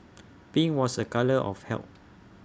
pink was A colour of health